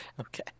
Okay